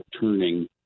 turning